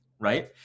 right